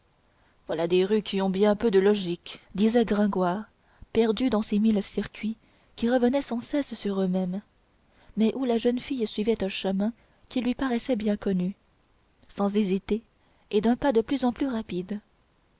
voilà des rues qui ont bien peu de logique disait gringoire perdu dans ces mille circuits qui revenaient sans cesse sur eux-mêmes mais où la jeune fille suivait un chemin qui lui paraissait bien connu sans hésiter et d'un pas de plus en plus rapide